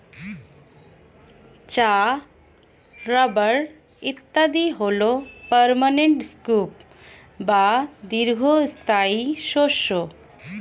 চা, রাবার ইত্যাদি হল পার্মানেন্ট ক্রপ বা দীর্ঘস্থায়ী শস্য